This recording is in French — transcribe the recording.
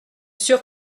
sûr